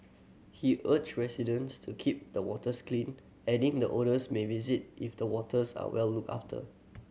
he urged residents to keep the waters clean adding the otters may visit if the waters are well looked after